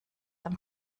dem